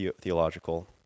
theological